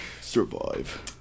survive